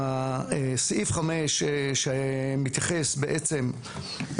סעיף 5 שמתייחס בעצם,